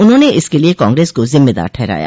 उन्होंने इसके लिए कांग्रेस को जिम्मेदार ठहरया